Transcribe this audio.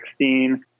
2016